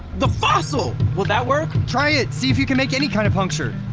the fossil! will that work? try it! see if you can make any kind of puncture